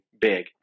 big